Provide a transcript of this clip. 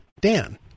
Dan